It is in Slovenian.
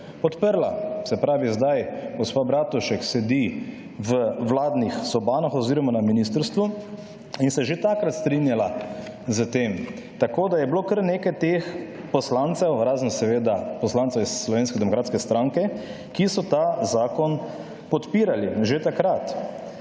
podprla. Se pravi, zdaj gospa Bratušek sedi v vladnih sobanah oziroma na ministrstvu in se je že takrat strinjala s tem, tako da je bilo kar nekaj teh poslancev, razen seveda poslancev iz Slovenske demokratske stranke, ki so ta zakon podpirali že takrat.